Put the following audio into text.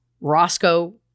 Roscoe